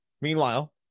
Meanwhile